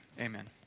Amen